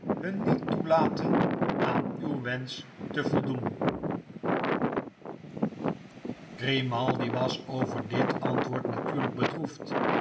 nun niet toelaten aan uw wensch te voldoen grimaldi was over dit antwoord natuurlijk bedroefd